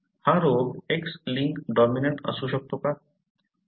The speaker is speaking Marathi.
हा रोग X लिंक डॉमिनंट असू शकतो का